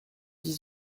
dix